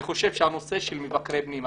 אני חושב שהנושא של מבקרי פנים,